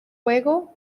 juego